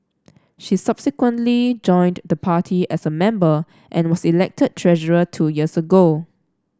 she subsequently joined the party as a member and was elected treasurer two years ago